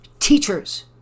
Teachers